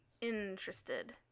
interested